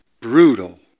brutal